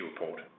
report